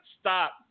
Stop